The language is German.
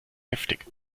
heftig